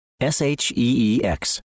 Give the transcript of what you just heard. S-H-E-E-X